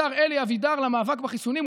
השר אלי אבידר למאבק בחיסונים.